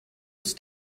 ist